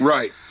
Right